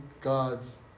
God's